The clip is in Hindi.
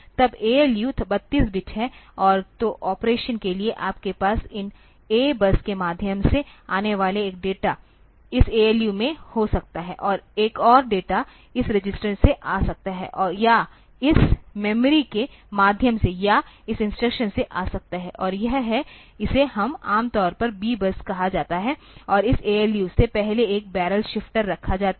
तब ALU 32 बिट है और तो ऑपरेशन के लिए आपके पास इन A बस के माध्यम से आने वाला एक डेटा इस ALU में हो सकता है एक और डेटा इस रजिस्टर से आ सकता है या इस मेमोरी के माध्यम से या इस इंस्ट्रक्शन से आ सकता है और यह है इसे हम आम तौर पर B बस कहा जाता है और इस ALU से पहले एक बैरल शिफ्टर रखा जाता है